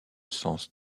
sens